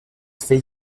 fait